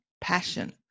passion